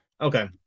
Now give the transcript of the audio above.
Okay